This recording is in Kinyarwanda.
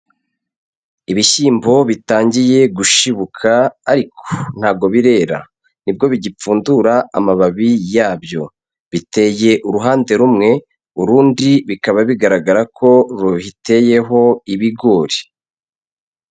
Ibishyimbo bitangiye gushibuka ariko ntabwo birera. Nibwo bigipfundura amababi yabyo. Biteye uruhande rumwe urundi bikaba bigaragara ko ruteyeho ibigori.